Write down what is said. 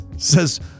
says